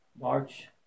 March